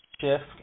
shift